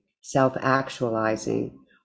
self-actualizing